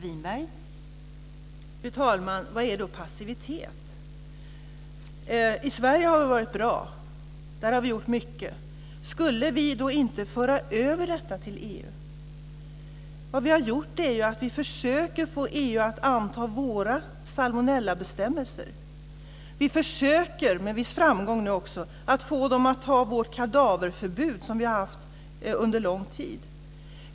Fru talman! Vad är då passivitet? I Sverige har vi varit bra. Där har vi gjort mycket. Skulle vi då inte föra över detta till EU? Vad vi har gjort är att vi försöker att få EU att anta våra salmonellabestämmelser. Vi försöker - och nu också med viss framgång - att få dem att anta vårt kadaverförbud, som vi har haft under lång till.